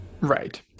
right